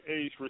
age